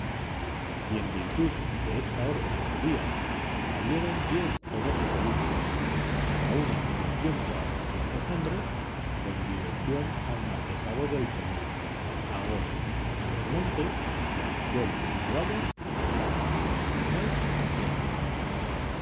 y en virtud de esta orden del día salieron diez o doce columnas cada una de ciento a doscientos hombres con dirección al marquesado del zenet a gor a los montes y a los pueblos situados en la falda septentrional de sierra nevada